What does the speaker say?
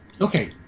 Okay